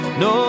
no